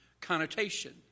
connotation